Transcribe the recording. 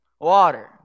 water